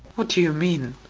what do you mean?